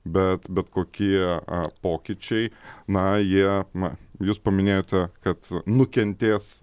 bet bet kokie pokyčiai na jie na jūs paminėjote kad nukentės